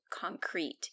concrete